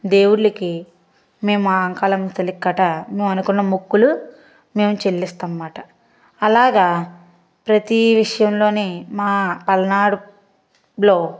దేవుళ్ళకి మేము ఆ అంకాలమ్మ తల్లికి గట్టా మేమకున్న మొక్కులు చెల్లిస్తామాట అలాగే ప్రతీ విషయంలోని మా పల్నాడులో